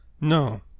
No